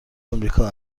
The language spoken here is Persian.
آمریکا